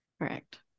Correct